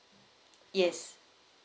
yes